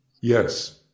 Yes